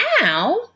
now